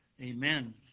Amen